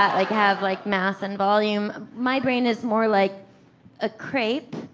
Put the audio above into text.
like, have, like, mass and volume. my brain is more like a crepe.